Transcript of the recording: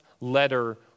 letter